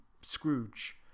scrooge